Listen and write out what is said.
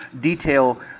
detail